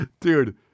Dude